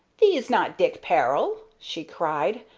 thee's not dick peril! she cried.